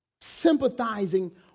sympathizing